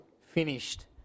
finished